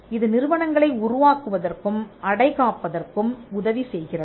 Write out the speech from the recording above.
இது நிறுவனங்களை உருவாக்குவதற்கும் அடைகாப்பதற்கும் உதவி செய்கிறது